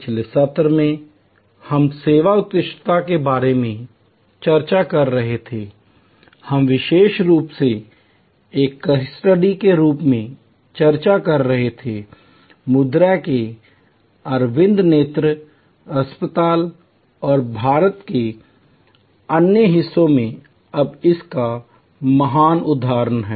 पिछले सत्र में हम सेवा उत्कृष्टता के बारे में चर्चा कर रहे थे हम विशेष रूप से एक केस स्टडी के रूप में चर्चा कर रहे थे मदुरै के अरविंद नेत्र अस्पताल और भारत के अन्य हिस्सों में अब इसका महान उदाहरण है